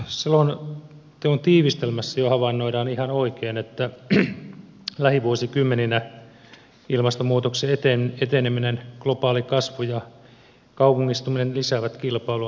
selonteon tiivistelmässä jo havainnoidaan ihan oikein että lähivuosikymmeninä ilmastonmuutoksen eteneminen globaali kasvu ja kaupungistuminen lisäävät kilpailua luonnonvaroista